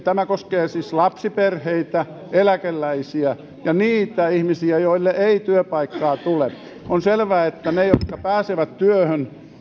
tämä koskee siis lapsiperheitä eläkeläisiä ja niitä ihmisiä joille ei työpaikkaa tule on selvää että niiden jotka pääsevät työhön